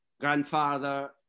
grandfather